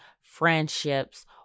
friendships